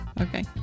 Okay